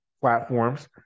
platforms